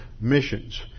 missions